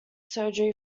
surgery